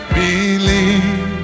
believe